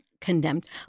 condemned